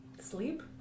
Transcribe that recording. Sleep